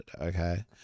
okay